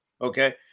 okay